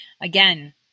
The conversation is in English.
Again